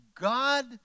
God